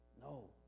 No